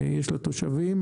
שיש לתושבים,